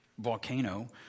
volcano